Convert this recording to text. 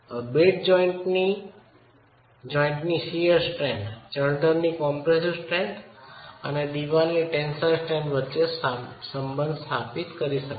bed જોઈન્ટની સંયુક્ત shear strength ચણતરની કોમ્પ્રેસસીવ સ્ટ્રેંન્થ અને ચણતરની ટેન્સાઇલ સ્ટ્રેન્થ વચ્ચે સંબંધ સ્થાપિત કરી શકાય છે